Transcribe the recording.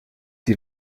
die